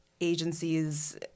agencies